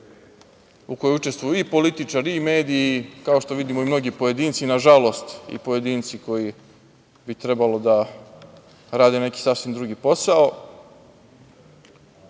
u kojoj učestvuju i političari i mediji, kao što vidimo i mnogi pojedinci, na žalost, pojedinci koji bi trebalo da rade neki sasvim drugi posao,